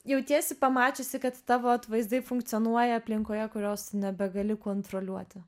jautiesi pamačiusi kad tavo atvaizdai funkcionuoja aplinkoje kurios nebegali kontroliuoti